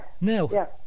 Now